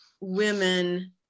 women